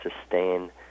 sustain